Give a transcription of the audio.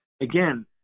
again